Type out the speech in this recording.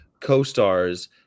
co-stars